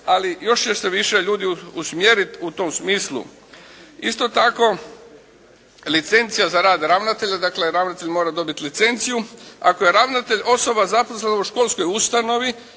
ali još će se više ljudi usmjeriti u tom smislu. Isto tako, licencija za rad ravnatelja, dakle ravnatelj mora dobiti licenciju. Ako je ravnatelj osoba zaposlena u školskoj ustanovi